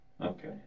Okay